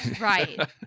Right